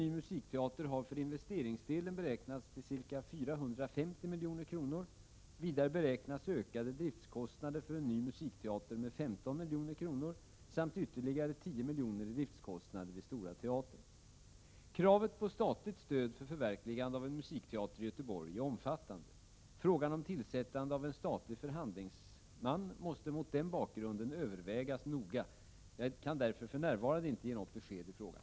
1986/87:95 na för en ny musikteater har för investeringsdelen beräknats till ca 450 milj. 26 mars 1987 kr. Vidare beräknas ökade driftskostnader för en ny musikteater med 15 omfattande. Frågan om tillsättande av en statlig förhandlingsman måste mot denna bakgrund övervägas noga. Jag kan därför för närvarande inte ge något besked i frågan.